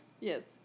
Yes